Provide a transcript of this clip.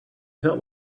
felt